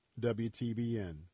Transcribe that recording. WTBN